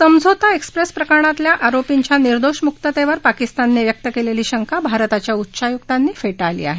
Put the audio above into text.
समझोता एक्सप्रेस प्रकरणातल्या आरोपींच्या निर्दोष मुक्ततेवर पाकिस्तानने व्यक्त केलेली शंका भारताच्या उच्चायुक्तांनी फेटाळली आहे